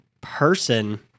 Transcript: person